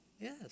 Yes